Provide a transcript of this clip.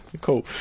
cool